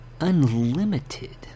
unlimited